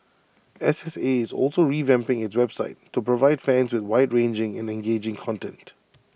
S S A is also revamping its website to provide fans with wide ranging and engaging content